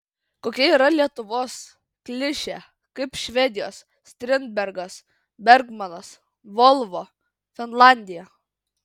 kokia yra lietuvos klišė kaip švedijos strindbergas bergmanas volvo finlandija